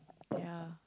ya